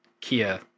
Kia